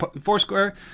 Foursquare